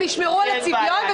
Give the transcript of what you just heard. ישמרו על הצביון,